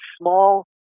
small